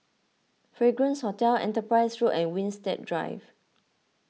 Fragrance Hotel Enterprise Road and Winstedt Drive